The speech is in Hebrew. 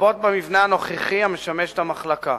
לרבות במבנה הנוכחי המשמש את המחלקה.